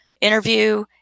interview